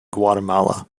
guatemala